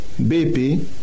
BP